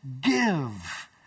give